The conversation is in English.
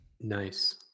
Nice